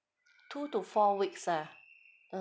two to four weeks ah